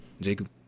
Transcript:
Jacob